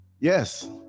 Yes